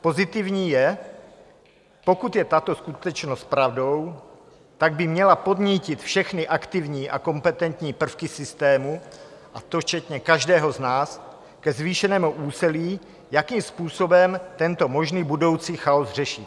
Pozitivní je, pokud je tato skutečnost pravdou, tak by měla podnítit všechny aktivní a kompetentní prvky systému, a to včetně každého z nás, ke zvýšenému úsilí, jakým způsobem tento možný budoucí chaos řešit.